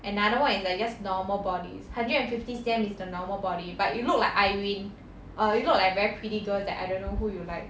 another one is like just normal bodies hundred and fifty C_M is the normal body but you look like irene or you look like very pretty girl that I don't know who you like